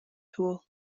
tool